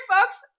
folks